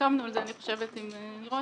הסכמנו על זה, אני חושבת, עם לירון